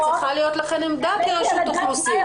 צריכה להיות לכם עמדה כרשות אוכלוסין.